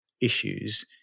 issues